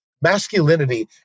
Masculinity